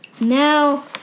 Now